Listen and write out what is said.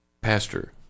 Pastor